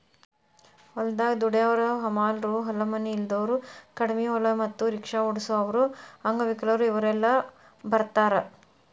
ಹೊಲದಾಗ ದುಡ್ಯಾವರ ಹಮಾಲರು ಹೊಲ ಮನಿ ಇಲ್ದಾವರು ಕಡಿಮಿ ಹೊಲ ಮತ್ತ ರಿಕ್ಷಾ ಓಡಸಾವರು ಅಂಗವಿಕಲರು ಇವರೆಲ್ಲ ಬರ್ತಾರ